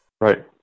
Right